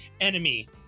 enemy